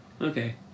Okay